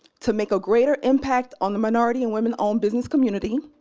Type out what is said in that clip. to make a greater impact on the minority and women-owned business community,